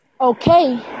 okay